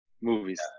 movies